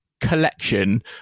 collection